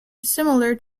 similar